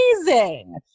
amazing